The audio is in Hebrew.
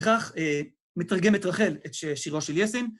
‫כך מתרגמת רחל את שירו של יסן.